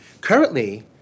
Currently